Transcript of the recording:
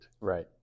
Right